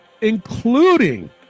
including